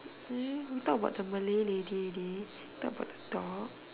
hmm we talk about the Malay lady already talk about the dog